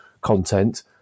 content